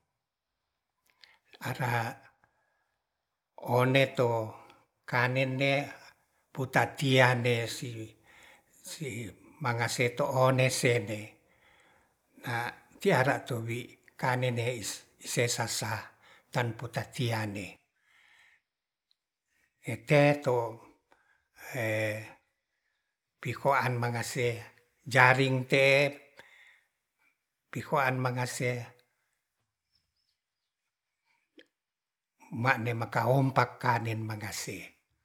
Ara one to kane'ne putatian ne si. si mangaseto one sene na tiara tobi kane'ne is sesasa tanputar tiane ete to pihoa'an mangase jaring te'e pi hoaan mangase mane maka ompaka nen mangase